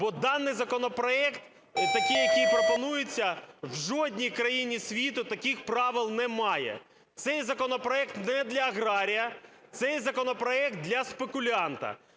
бо даний законопроект такий, який пропонується, в жодній країні світу таких правил немає. Цей законопроект не для аграрія - цей законопроект для спекулянта.